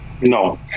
No